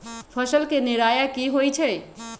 फसल के निराया की होइ छई?